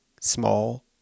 small